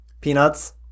Peanuts